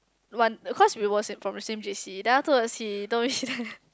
one cause we was in from the same J_C then afterwards he told me